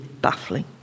baffling